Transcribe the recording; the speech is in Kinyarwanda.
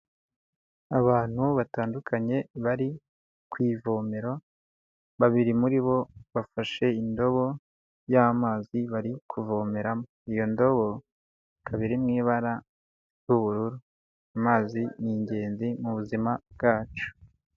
Abantu batandukanye bari ku ivome babiri muri bo bafashe indobo y'amazi bari kuvomeramo, iyo ndobo ikaba iri mu ibara ry'ubururu, amazi ni ingenzi mu buzima bwacu.